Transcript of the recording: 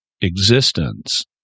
existence